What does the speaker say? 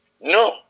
No